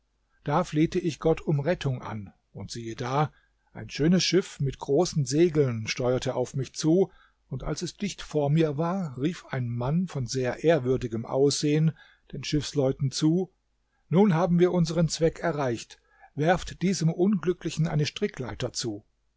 da flehte ich gott um rettung an und siehe da ein schönes schiff mit großen segeln steuerte auf mich zu und als es dicht vor mir war rief ein mann von sehr ehrwürdigem aussehen den schiffsleuten zu nun haben wir unseren zweck erreicht werft diesem unglücklichen eine strickleiter zu